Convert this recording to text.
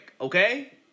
okay